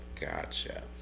Gotcha